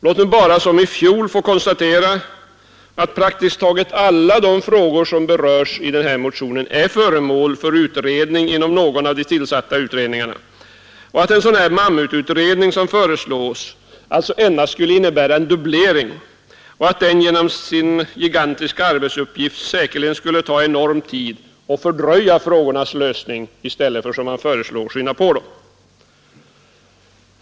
Låt mig bara liksom i fjol få konstatera att praktiskt taget alla de frågor som berörs i motionen utreds inom någon av de tillsatta utredningarna, varför en sådan mammututredning som föreslås endast skulle innebära en dubblering och genom sin gigantiska arbetsuppgift säkerligen ta en enorm tid och fördröja i stället för att skynda på frågornas lösning.